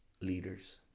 leaders